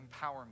empowerment